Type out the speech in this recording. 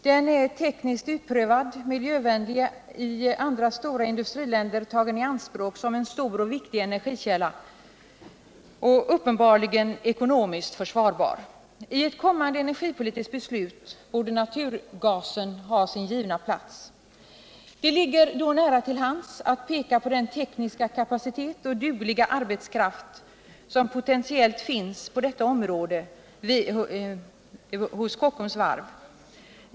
Den är tekniskt utprövad, miljövänlig, i andra stora industriländer tagen i anspråk som en stor och viktig energikälla och uppenbarligen ekonomiskt försvarbar. I ett kommande energipolitiskt beslut borde naturgasen ha sin givna plats. Det ligger då nära till hands att peka på den tekniska kapacitet och dugliga arbetskraft som potentiellt finns på detta område hos Kockums varv.